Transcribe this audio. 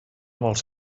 vols